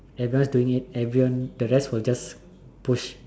everyone is doing it everyone the rest will just push